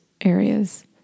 areas